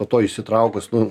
po to įsitraukus nu